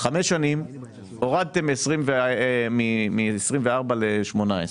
חמש שנים אחרי שהורדתם מ-24 חודשים ל-18 חודשים.